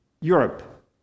Europe